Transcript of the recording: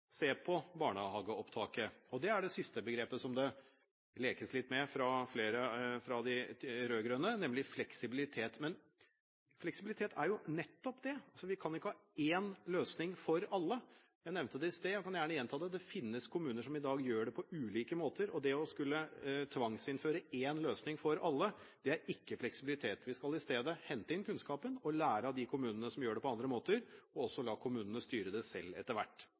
det siste begrepet som det lekes litt med fra flere av de rød-grønne, er «fleksibilitet». Men fleksibilitet er jo nettopp det: Vi kan ikke ha én løsning for alle. Jeg nevnte det i sted og kan gjerne gjenta det: Det finnes kommuner som i dag gjør det på ulike måter, og det å skulle tvangsinnføre én løsning for alle, er ikke fleksibilitet. Vi skal i stedet hente inn kunnskapen og lære av de kommunene som gjør det på andre måter og la kommunene styre det selv etter hvert.